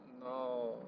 no